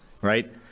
right